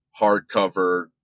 hardcover